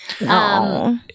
No